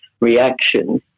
reactions